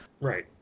Right